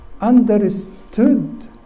understood